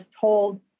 told